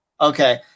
Okay